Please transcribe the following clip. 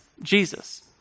Jesus